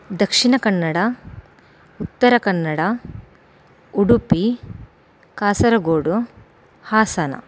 Dakshina Kannada Uttara Kannada Udupi Kasaragod Hassan